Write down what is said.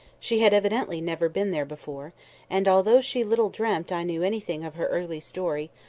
she had evidently never been there before and, although she little dreamt i knew anything of her early story,